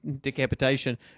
decapitation